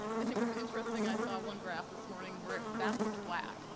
and it was interesting, i saw one graph this morning where that looked flat.